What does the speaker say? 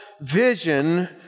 vision